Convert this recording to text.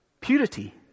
purity